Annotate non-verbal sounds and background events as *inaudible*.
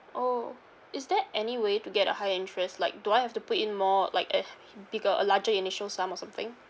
oh is there any way to get a higher interest like do I have to put in more like a *noise* bigger a larger initial sum or something